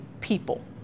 people